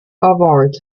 award